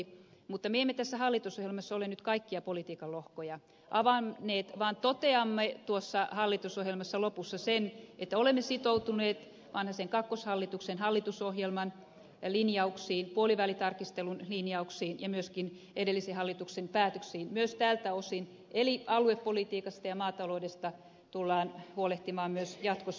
mutta me emme tässä hallitusohjelmassa ole nyt kaikkia politiikan lohkoja avanneet vaan toteamme tuon hallitusohjelman lopussa sen että olemme sitoutuneet vanhasen kakkoshallituksen hallitusohjelman linjauksiin puolivälitarkastelun linjauksiin ja myöskin edellisen hallituksen päätöksiin tältä osin eli aluepolitiikasta ja maataloudesta tullaan huolehtimaan myös jatkossa